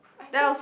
I think